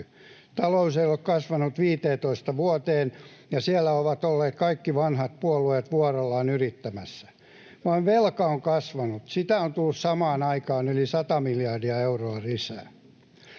Talous ei ole kasvanut 15 vuoteen, ja siellä ovat olleet kaikki vanhat puolueet vuorollaan yrittämässä. Vain velka on kasvanut: sitä on tullut samaan aikaan yli 100 miljardia euroa lisää.